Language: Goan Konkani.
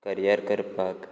करियर करपाक